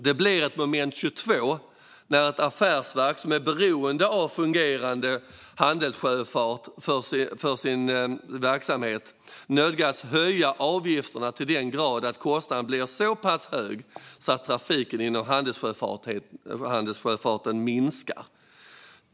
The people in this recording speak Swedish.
Det blir ett moment 22 när ett affärsverk som är beroende av fungerande handelssjöfart för sin verksamhet nödgas höja avgifterna till den grad att kostnaden blir så pass hög att trafiken inom handelssjöfarten minskar.